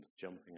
jumping